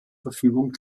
verfügung